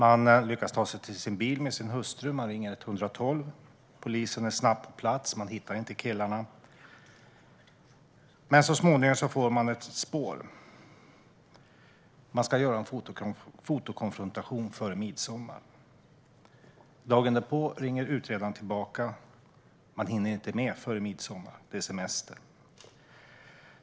Mannen lyckas ta sig till sin bil med sin hustru. Han ringer 112, och polisen är snabbt på plats. Man hittar inte killarna, men så småningom får man ett spår och ska göra en fotokonfrontation före midsommar. Dagen därpå ringer utredaren tillbaka. Man hinner inte med före midsommar. Det är semester.